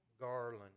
garland